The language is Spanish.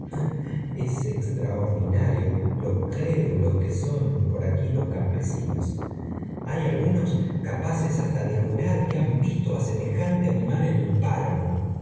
es extraordinario lo crédulos que son por v aquí los campesinos hay algunos capaces hasta de jurar que han visto á semejante animal en el páramo